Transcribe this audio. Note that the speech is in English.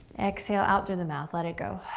exhale out through the mouth, let it go.